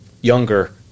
younger